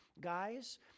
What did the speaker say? Guys